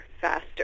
faster